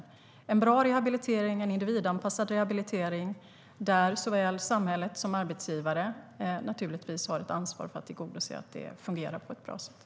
Det ska vara en bra och individanpassad rehabilitering där såväl samhället som arbetsgivare naturligtvis har ett ansvar för att tillgodose att det fungerar på ett bra sätt.